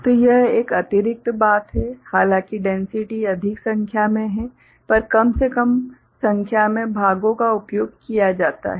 तो यह एक अतिरिक्त बात है हालांकि डैन्सिटि अधिक संख्या में है पर कम से कम संख्या में भागों का उपयोग किया जाता है